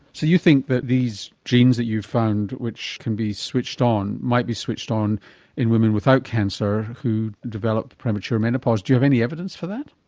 so you think that these genes that you've found which can be switched on might be switched on in women without cancer who develop premature menopause. do you have any evidence for that?